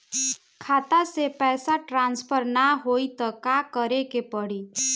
खाता से पैसा टॉसफर ना होई त का करे के पड़ी?